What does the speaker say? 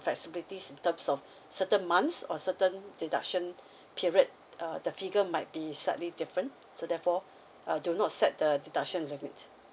flexibilities in terms of certain months or certain deduction period uh the figure might be slightly different so therefore uh do not set the deduction limit